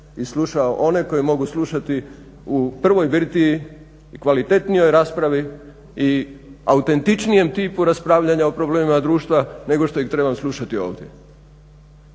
i slušao one koje mogu slušati u prvoj birtiji i kvalitetnijoj raspravi i autentičnijem tipu raspravljanja o problemima društva nego što ih trebam slušati ovdje.